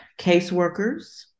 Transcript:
caseworkers